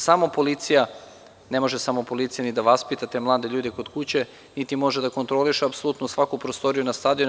Samo policija, ne može samo policija ni da vaspita te mlade ljude kod kuće, niti može da kontroliše apsolutno svaku prostoriju na stadionu.